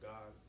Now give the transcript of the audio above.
God